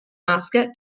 musk